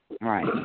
right